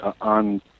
on